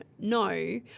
no